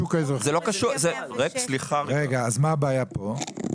אם כן, מה הבעיה כאן?